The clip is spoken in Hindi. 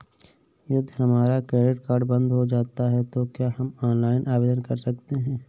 यदि हमारा क्रेडिट कार्ड बंद हो जाता है तो क्या हम ऑनलाइन आवेदन कर सकते हैं?